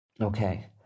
Okay